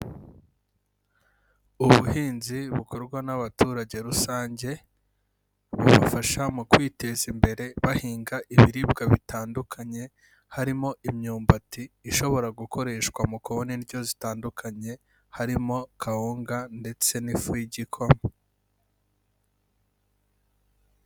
Ubuhinzi bukorwa n'abaturage rusange bubafasha mu kwiteza imbere bahinga ibiribwa bitandukanye, harimo imyumbati ishobora gukoreshwa mu kubona indyo zitandukanye, harimo kawunga ndetse n'ifu y'igikoma.